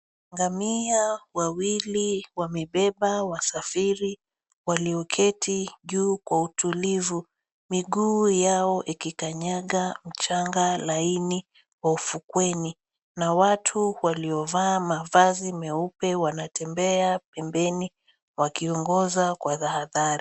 Ngamia wawili wamebeba wasafiri walioketi juu kwa utulivu miguu yao ikikanyanga mchanga laini wa ufukweni na watu waliovaa mavazi meupe wanatembea pembeni wakiongoza kwa tahadhari.